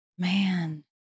man